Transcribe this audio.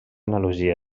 analogia